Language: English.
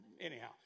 Anyhow